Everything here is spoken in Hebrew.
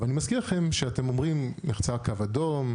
אבל אני מזכיר לכם שאתם אומרים שנחצה קו אדום,